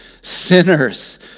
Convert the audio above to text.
sinners